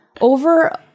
over